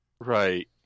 Right